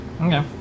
Okay